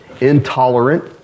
intolerant